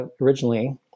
originally